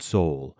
Soul